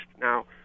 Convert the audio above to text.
Now